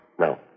No